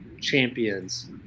champions